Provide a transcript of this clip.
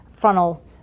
frontal